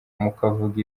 mukavuga